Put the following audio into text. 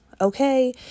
Okay